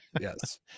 yes